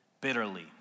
bitterly